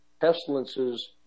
pestilences